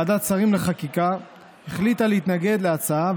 ועדת שרים לחקיקה החליטה להתנגד להצעה,